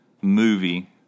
movie